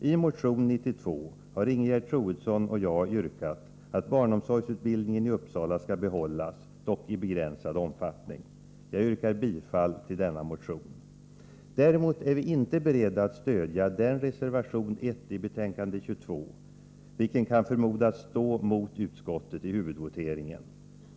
I motion 92 har Ingegered Troedsson och jag yrkat att barnomsorgsutbildningen i Uppsala skall behållas, dock i begränsad omfattning. Jag yrkar bifall till denna motion. Däremot är vi inte beredda att stödja reservation 1 i betänkande 22, som kan förmodas stå mot utskottets hemställan i huvudvoteringen.